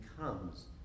comes